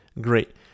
great